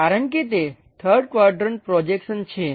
કારણ કે તે 3rd ક્વાડ્રંટ પ્રોજેક્શન છે